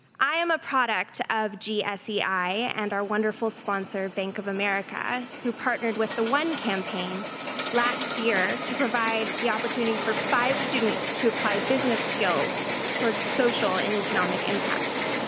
i am a product of gsei and our wonderful sponsor bank of america, who partnered with the one campaign last year to provide the opportunity for five students to apply business skills towards social and economic impact.